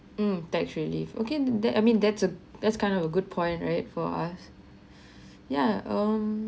mm tax relief okay the I mean that's a that's kind of a good point right for us yeah um